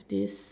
this